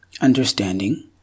understanding